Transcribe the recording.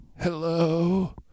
hello